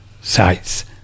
sites